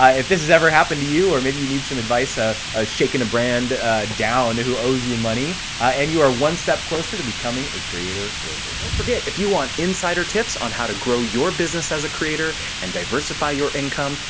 ah if this has ever happened to you. or maybe you need some advice ah ah shaking a brand down who owes you money and you are one step closer to becoming a creator wizard. don't forget if you want insider tips on how to grow your business as a creator and diversify your income,